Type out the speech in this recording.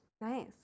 nice